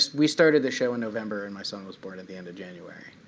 we started the show in november, and my son was born at the end of january.